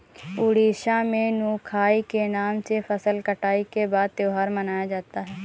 उड़ीसा में नुआखाई के नाम से फसल कटाई के बाद त्योहार मनाया जाता है